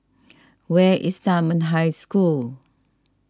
where is Dunman High School